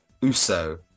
Uso